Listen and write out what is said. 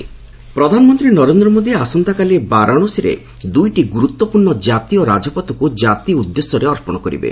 PM Varanasi ପ୍ରଧାନମନ୍ତ୍ରୀ ନରେନ୍ଦ୍ର ମୋଦି ଆସନ୍ତାକାଲି ବାରାଶସୀରେ ଦୁଇଟି ଗୁରୁତ୍ୱପୂର୍ଣ୍ଣ କାତୀୟ ରାଜପଥକୁ ଜାତି ଉଦ୍ଦେଶ୍ୟରେ ଅର୍ପଣ କରିବେ